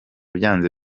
byanze